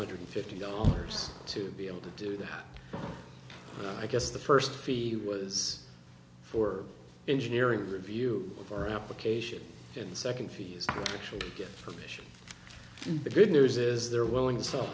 hundred fifty dollars to be able to do that and i guess the first fee was for engineering review of our application and second fees actually get permission the good news is they're willing to